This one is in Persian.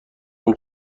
اون